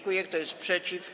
Kto jest przeciw?